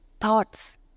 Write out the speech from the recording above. thoughts